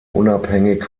unabhängig